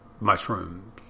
mushrooms